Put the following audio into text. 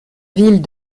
ville